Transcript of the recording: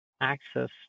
access